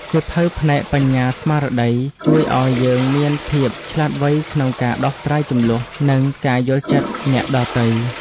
សៀវភៅផ្នែកបញ្ញាស្មារតី ជួយឱ្យយើងមានភាពឆ្លាតវៃក្នុងការដោះស្រាយជម្លោះ និងការយល់ចិត្តអ្នកដទៃ។